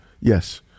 Yes